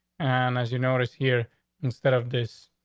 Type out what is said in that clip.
and as you notice here instead of this,